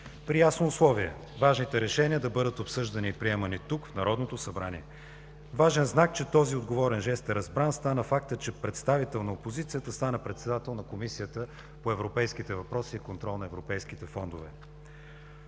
при ясно условие – важните решения да бъдат обсъждани и приемани тук, в Народното събрание. Важен знак, че този отговорен жест е разбран стана фактът, че представител на опозицията стана председател на Комисията по европейските въпроси и контрол на европейските фондове.